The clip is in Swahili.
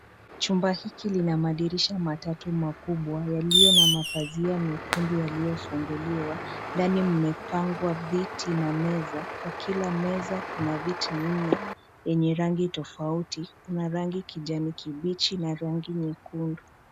Chumba hiki lina madirisha matatu makubwa yaliyo na mapazia mekundu yaliyofunguliwa. Ndani mmepangwa viti na meza, kwa kila meza kuna viti nne yenye rangi tofauti kuna rangi kijani kibichi na rangi nyekundu.